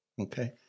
okay